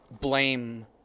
blame